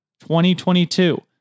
2022